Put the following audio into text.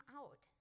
out